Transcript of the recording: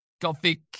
gothic